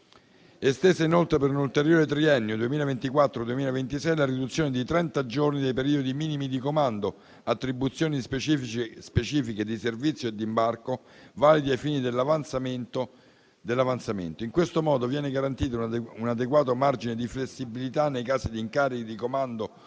estesa inoltre, per un ulteriore triennio 2024-2026, la riduzione a trenta giorni dei periodi minimi di comando, di attribuzione delle specifiche di servizio e di imbarco validi ai fini dell'avanzamento. In questo modo viene garantito un adeguato margine di flessibilità nei casi di incarichi di comando